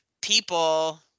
people